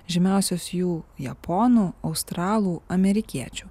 žymiausios jų japonų australų amerikiečių